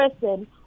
person